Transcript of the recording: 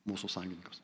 mūsų sąjungininkams